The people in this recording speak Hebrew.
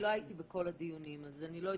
בואו נכניס את הדיון הזה לפרופורציות באמת אמיתיות.